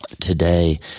today